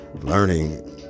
learning